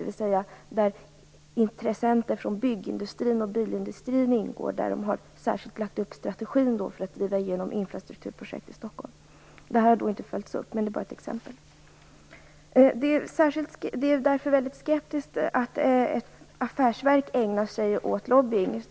I det gänget har intressenter från bygg och bilindustrin lagt upp strategin för att driva igenom infrastrukturprojekt i Stockholm. Detta har inte följts upp, men det är ett exempel. Man kan därför ställa sig väldigt skeptiskt till att ett affärsverk ägnar sig åt lobbying.